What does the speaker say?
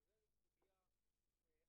שזה סוגיה חשובה.